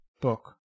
book